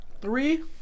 Three